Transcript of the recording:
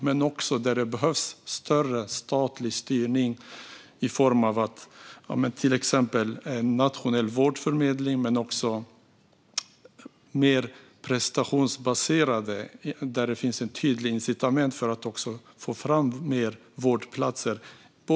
Men på vissa håll behövs mer statlig styrning i form av till exempel en nationell vårdförmedling och mer prestationsbaserade bidrag som ger ett tydligt incitament att få fram fler vårdplatser.